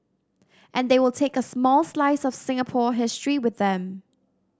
and they will take a small slice of Singapore history with them